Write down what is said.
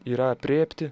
yra aprėpti